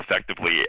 effectively